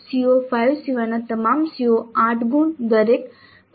CO5 સિવાયના તમામ CO 8 ગુણ દરેક પછી CO5 10 છે